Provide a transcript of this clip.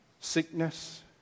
Sickness